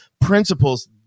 principles